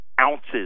ounces